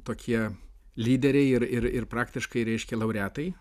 tokie lyderiai ir ir ir praktiškai reiškia laureatai